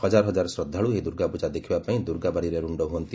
ହଜାର ହଜାର ଶ୍ରଦ୍ଧାଳ ଏହି ଦୂର୍ଗାପ୍ରଜା ଦେଖିବାପାଇଁ ଦୁର୍ଗା ବାରିରେ ରୁଣ୍ଡ ହୁଅନ୍ତି